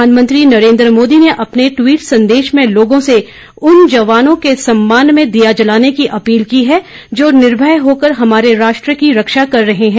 प्रधानमंत्री नरेंद्र मोदी ने अपने टवीट संदेश में लोगों से उन जवानों के सम्मान में दीया जलाने की अपील की है जो निर्भय होकर हमारे राष्ट्र की रक्षा कर रहे हैं